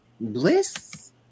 Bliss